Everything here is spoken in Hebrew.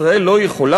ישראל לא יכולה,